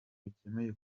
bikomeye